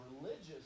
religious